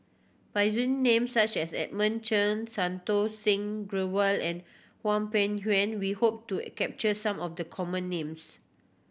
by using names such as Edmund Cheng Santokh Singh Grewal and Hwang Peng Yuan we hope to capture some of the common names